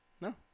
No